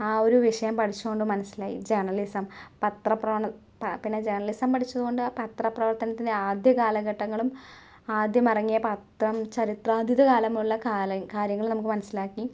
ആ ഒരു വിഷയം പഠിച്ചത് കൊണ്ട് മനസ്സിലായി ജേണലിസം പത്ര പ്രവണ പ പിന്നെ ജേണലിസം പഠിച്ചത് കൊണ്ട് പത്ര പ്രവർത്തനത്തിൻ്റെ ആദ്യ കാലഘട്ടങ്ങളും ആദ്യം എറങ്ങിയ പത്രം ചരിത്രാതീത കാലം മുതലുള്ള കാല കാര്യങ്ങള് നമുക്ക് മനസ്സിലാക്കി